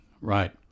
right